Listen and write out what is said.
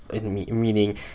meaning